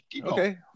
Okay